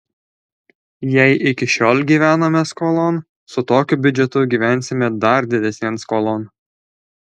jei iki šiol gyvenome skolon su tokiu biudžetu gyvensime dar didesnėn skolon